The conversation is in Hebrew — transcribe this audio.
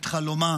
את חלומה,